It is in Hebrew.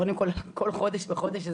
קודם כל כל חודש בחודש,